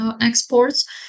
exports